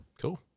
Cool